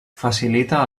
facilita